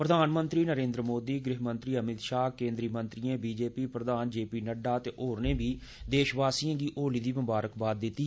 प्रधानमंत्री नरेन्द्र मोदी गृहमंत्री अमित शाह केन्द्रीय मंत्रिएं भाजपा प्रधान जे पी नड्डा ते होरनें बी देशवासिएं गी होली दी मुबारकबाद दित्ती